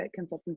consultancy